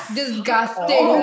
disgusting